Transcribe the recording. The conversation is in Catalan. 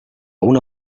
una